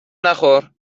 نخور